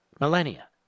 millennia